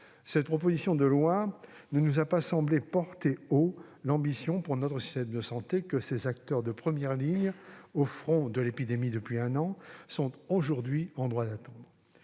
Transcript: cette proposition de loi ne nous paraît pas porter haut l'ambition pour notre système de santé que ses acteurs de première ligne, au front de l'épidémie depuis un an, sont aujourd'hui en droit d'attendre.